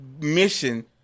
mission